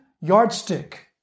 yardstick